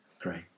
great